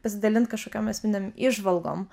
pasidalint kažkokiom asmeninėm įžvalgom